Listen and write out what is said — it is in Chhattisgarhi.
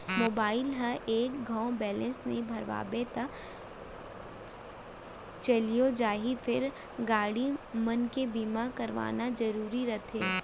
मोबाइल ल एक घौं बैलेंस नइ भरवाबे तौ चलियो जाही फेर गाड़ी मन के बीमा करवाना जरूरीच रथे